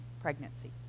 pregnancy